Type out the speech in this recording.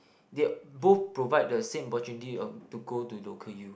they both provide the same opportunity of to go to local U